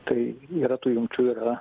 tai yra tų jungčių yra